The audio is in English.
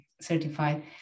certified